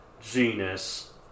genus